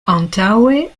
antaŭe